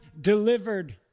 delivered